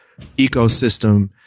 ecosystem